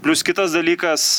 plius kitas dalykas